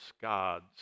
gods